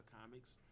Comics